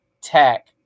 Tech